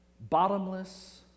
bottomless